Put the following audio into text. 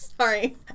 Sorry